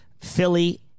Philly